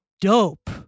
dope